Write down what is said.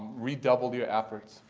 redoubled your efforts,